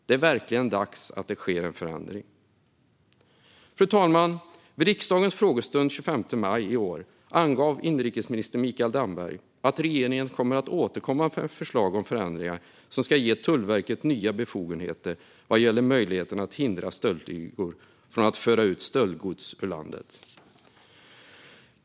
Det är verkligen dags att det sker en förändring. Fru talman! Vid riksdagens frågestund den 25 maj i år angav inrikesminister Mikael Damberg att regeringen kommer att återkomma med förslag om förändringar som ska ge Tullverket nya befogenheter vad gäller möjligheten att hindra stöldligor från att föra ut stöldgods ur landet.